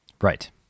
Right